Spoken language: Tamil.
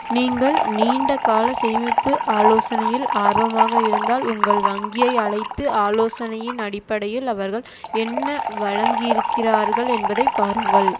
நீங்கள் நீண்ட கால சேமிப்பு ஆலோசனையில் ஆர்வமாக இருந்தால் உங்கள் வங்கியை அழைத்து ஆலோசனையின் அடிப்படையில் அவர்கள் என்ன வழங்கி இருக்கிறார்கள் என்பதை பாருங்கள்